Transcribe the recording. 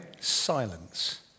silence